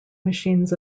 machines